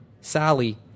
Sally